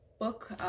book